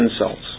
insults